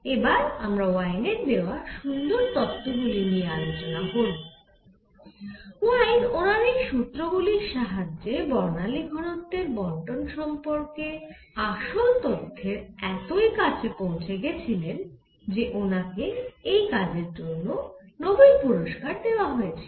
এবার আমরা ওয়েইনের দেওয়া সুন্দর তত্ত্ব গুলি নিয়ে আলোচনা করব ওয়েইন ওনার এই সুত্র গুলির সাহায্যে বর্ণালী ঘনত্বের বণ্টন সম্পর্কে আসল তথ্যের এতই কাছে পৌঁছে গেছিলেন যে ওনাকে এই কাজের জন্য নোবেল পুরষ্কার দেওয়া হয়েছিল